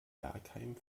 bergheim